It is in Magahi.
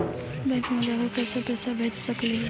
बैंक मे जाके कैसे पैसा भेज सकली हे?